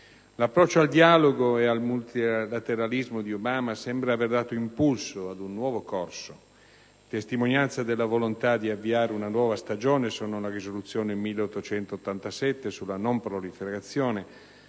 L'approccio al dialogo e al multilateralismo di Obama sembra aver dato impulso ad un nuovo corso. Testimonianza della volontà di avviare una nuova stagione sono la Risoluzione 1887 sulla non proliferazione